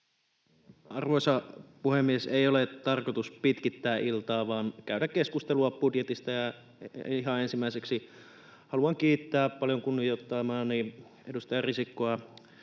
Arvoisa puhemies! Ei ole tarkoitus pitkittää iltaa vaan käydä keskustelua budjetista, ja ihan ensimmäiseksi haluan kiittää paljon kunnioittamaani edustaja Risikkoa